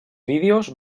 vídeos